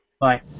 Bye